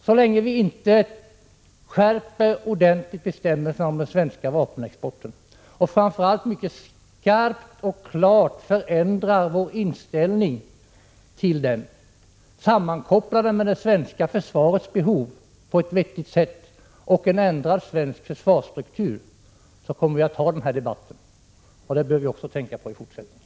Så länge vi inte ordentligt skärper bestämmelserna om den svenska vapenexporten och framför allt mycket skarpt och klart förändrar inställningen till den, sammankopplar den med det svenska försvarets behov på ett vettigt sätt och ändrar svensk försvarsstruktur, kommer denna debatt att fortsätta. Det bör vi också tänka på i fortsättningen.